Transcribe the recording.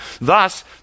Thus